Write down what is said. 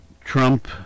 Trump